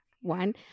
one